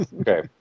Okay